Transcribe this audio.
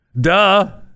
duh